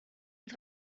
het